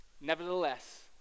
Nevertheless